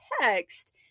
text